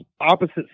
opposite